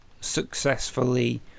successfully